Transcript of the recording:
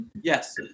yes